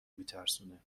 میترسونه